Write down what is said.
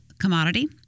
commodity